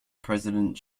president